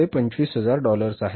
तर ती आहे 25000 डॉलर्स